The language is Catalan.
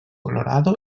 colorado